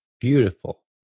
Beautiful